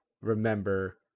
remember